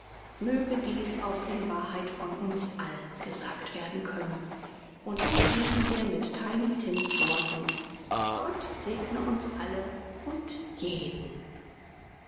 möge dies auch in wahrheit von uns allen gesagt werden können und so schließen wir mit tiny tims worten gott segne uns alle und jeden